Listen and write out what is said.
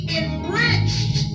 enriched